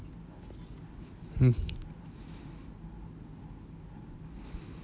hmm